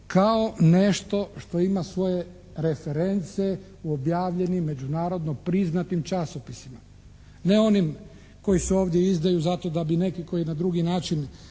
kao nešto što ima svoje reference u objavljenim međunarodno priznatim časopisima. Ne onim koji se ovdje izdaju zato da bi neki koji na drugi način